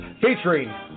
featuring